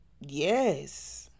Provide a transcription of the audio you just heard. yes